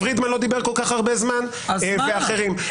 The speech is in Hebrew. פרידמן לא דיבר כל כך הרבה זמן וכך גם אחרים.